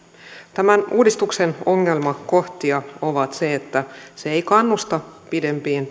tämän uudistuksen ongelmakohtia ovat se että se ei kannusta pidempiin